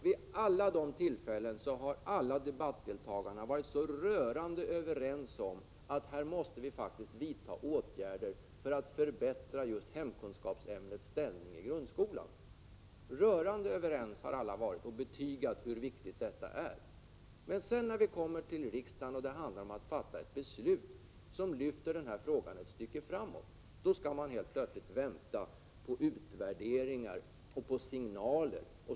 Vid alla de tillfällena har samtliga debattdeltagare varit rörande överens om att det är viktigt att åtgärder vidtas för att just hemkunskapsämnets ställning i grundskolan skall förbättras. När vi sedan kommer till riksdagen och skall fatta ett beslut som för frågan ett stycke framåt, skall vi plötsligt vänta på utvärderingar och på signaler.